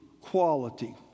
quality